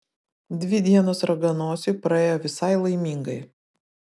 dvi dienos raganosiui praėjo visai laimingai